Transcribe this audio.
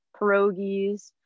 pierogies